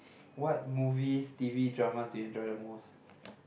what movies t_v dramas do you enjoy the most